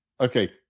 Okay